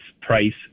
price